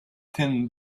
thin